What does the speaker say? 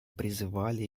призывали